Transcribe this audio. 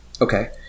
Okay